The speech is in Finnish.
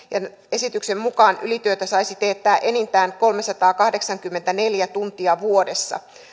esityksen mukaan ylityötä saisi teettää enintään kolmesataakahdeksankymmentäneljä tuntia vuodessa